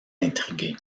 intrigué